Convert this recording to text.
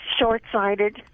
short-sighted